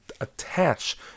attach